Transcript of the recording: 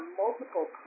multiple